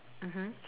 mmhmm